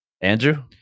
Andrew